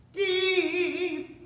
deep